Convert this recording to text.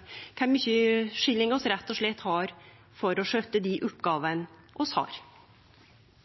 rett og slett om kor mykje skilling vi har for å skjøtte dei oppgåvene vi har.